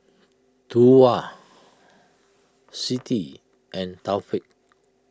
Tuah Siti and Taufik